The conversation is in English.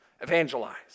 evangelize